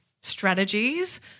strategies